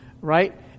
right